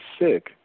sick